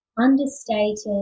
understated